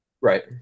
right